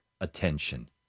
attention